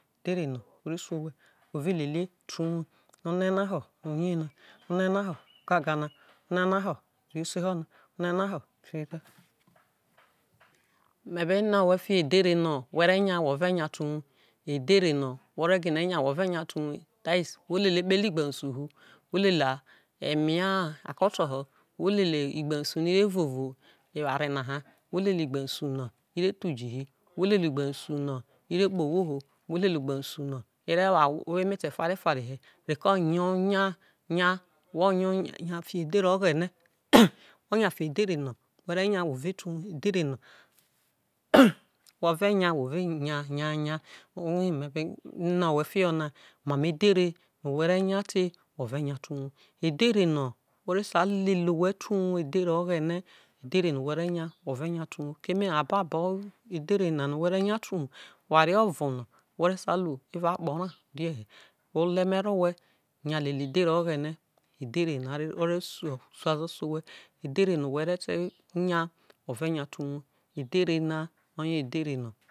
Edhere na ore su owhe who ve lele te uwuo nana ho ogaga na me be ne owhe fiho edhere no who re nya wo ve nya te uwuo that is wo lele ikpehre igbegusu hu wo lele eme akoto ho wo lele igbeyusu no i e vovo ho igbeyusu no i re tho uji hi who lele igbeyusu no i re kpe ohwo who lele igbeyusu no a re wo emeti fare fare he who rie onya nya wo nya fiho edhere oghene we ve nya wo ve te uwuo wo ve nya who ve nya who ve nya nya o ye me be le owhe fiho na edhere no wo re nya te who ve nya te uwuo edhere no o sai lele owhe te uwuo edhere oghene no who re nya who ve nya te uwuo keme na ababo oware ovo no wo sai ru evao akpe rai o rie hie ole me ro owhe nya lele edhere oghene edhere no o re si uzazo se owhe edhere no edhere na oye ho edhere n.